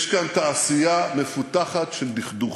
יש כאן תעשייה מפותחת של דכדוך.